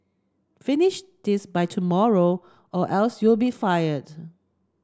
finish this by tomorrow or else you'll be fired